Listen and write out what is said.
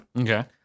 Okay